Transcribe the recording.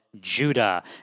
Judah